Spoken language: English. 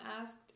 asked